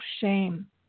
shame